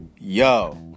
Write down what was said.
Yo